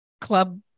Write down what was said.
club